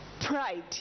Pride